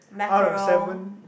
mackerel